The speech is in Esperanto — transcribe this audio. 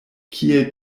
kiel